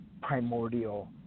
primordial